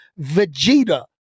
Vegeta